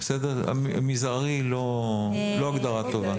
"מזערי" לא הגדרה טובה.